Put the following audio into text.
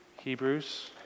Hebrews